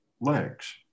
legs